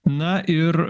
na ir